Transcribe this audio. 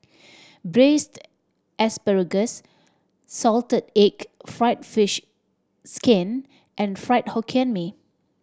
Braised Asparagus salted egg fried fish skin and Fried Hokkien Mee